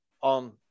on